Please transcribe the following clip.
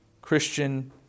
Christian